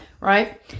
right